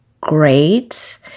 great